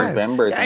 November